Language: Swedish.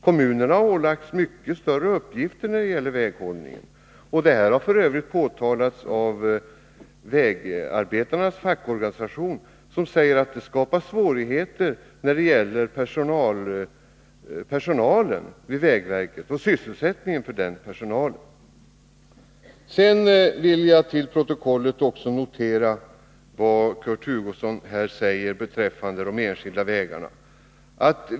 Kommunerna har ålagts mycket större uppgifter när det gäller väghållningen. Detta har f. ö. påtalats av vägarbetarnas fackorganisation, som säger att det skapar svårigheter när det gäller personalen vid vägverket och sysselsättningen för denna. Sedan vill jag till protokollet notera vad Kurt Hugosson här säger beträffande de enskilda vägarna.